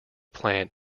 plant